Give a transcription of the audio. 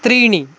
त्रीणि